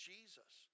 Jesus